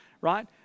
Right